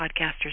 podcasters